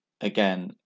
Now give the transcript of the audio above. again